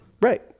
Right